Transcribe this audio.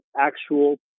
actual